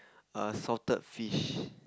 err salted fish